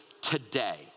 today